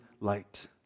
light